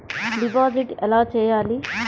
Deposit ఎలా చెయ్యాలి?